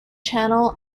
channel